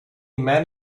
man